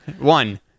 One